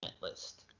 list